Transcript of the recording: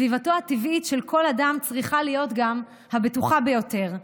סביבתו הטבעית של כל אדם צריכה להיות גם הבטוחה ביותר,